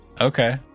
Okay